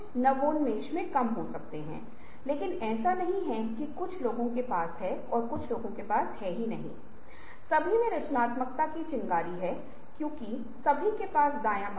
यह रणनीति हो सकती है यहाँ हम यह नहीं सोचते हैं कि एक न्यायिक सोच है हम एक विश्लेषणात्मक सोच के लिए नहीं जाते हैं